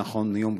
נכון ליום ראשון,